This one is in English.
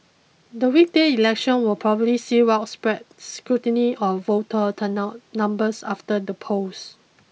the weekday election will probably see widespread scrutiny of voter turnout numbers after the polls